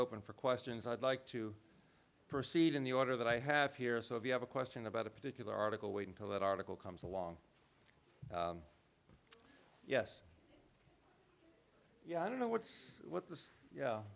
open for questions i'd like to proceed in the order that i have here so if you have a question about a particular article wait until that article comes along yes you know i don't know what's what the